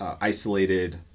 Isolated